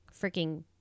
freaking